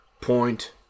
point